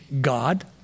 God